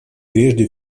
прежде